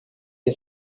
the